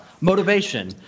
motivation